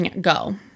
go